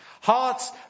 Hearts